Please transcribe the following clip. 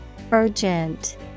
Urgent